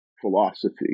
philosophy